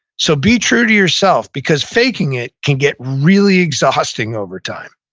so be true to yourself, because faking it can get really exhausting over time,